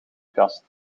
kast